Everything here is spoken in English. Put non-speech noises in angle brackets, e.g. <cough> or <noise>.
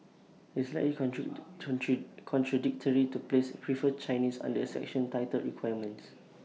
IT is slightly <unintelligible> contradictory to place prefer Chinese under A section titled requirements